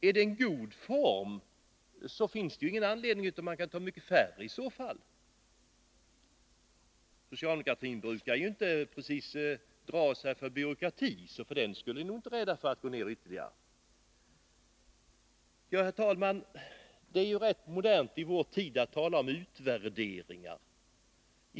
Om detta är en god form, finns det ju ingen anledning att sätta gränsen där, utan i så fall kan man låta den gälla för företag med mycket färre anställda. Socialdemokraterna brukar ju inte precis dra sig för att införa mera byråkrati, så det borde inte hindra dem från att sätta gränsen lägre. Herr talman! Det är ganska modernt i vår tid att tala om utvärderingar.